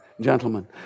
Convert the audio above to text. gentlemen